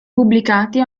pubblicati